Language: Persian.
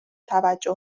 توجه